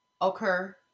occur